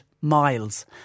miles